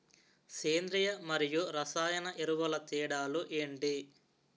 సేంద్రీయ మరియు రసాయన ఎరువుల తేడా లు ఏంటి?